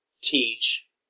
teach